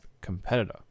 competitor